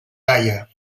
gaia